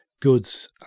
goods